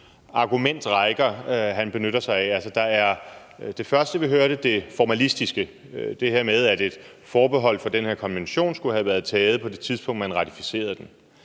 argumentrækker, han benytter sig af. Det første, vi hørte, er det formalistiske, altså det her med, at et forbehold for den her konvention skulle have været taget på det tidspunkt, man ratificerede den.